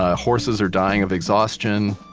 ah horses are dying of exhaustion.